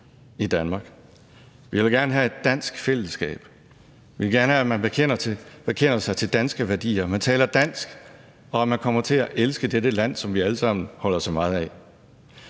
i Danmark. Vi vil gerne have et dansk fællesskab. Vi vil gerne have, at man bekender sig til danske værdier, at man taler dansk, og at man kommer til at elske dette land, som vi alle sammen holder så meget af.